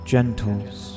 Gentles